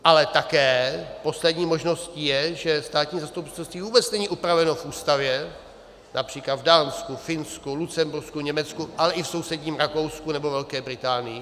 Ale také poslední možností je, že státní zastupitelství vůbec není upraveno ústavě například v Dánsku, Finsku, Lucembursku, Německu, ale i v sousedním Rakousku nebo Velké Británii.